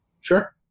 sure